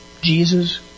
Jesus